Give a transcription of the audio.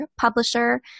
publisher